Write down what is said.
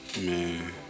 Man